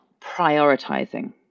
prioritizing